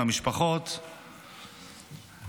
המשפחות האלה,